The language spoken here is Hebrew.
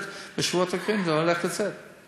בשבועות הקרובים זה הולך לצאת.